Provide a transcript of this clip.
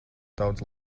daudz